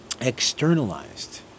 Externalized